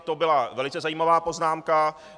To byla velice zajímavá poznámka.